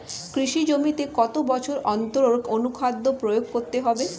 কৃষি জমিতে কত বছর অন্তর অনুখাদ্য প্রয়োগ করতে হবে?